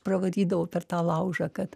pravarydavo per tą laužą kad